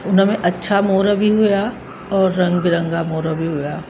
उन में अछा मोर बि हुआ और रंग बिरंगा मोर बि हुआ